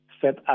set